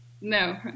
no